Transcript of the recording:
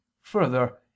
Further